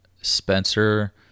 Spencer